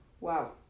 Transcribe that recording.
Wow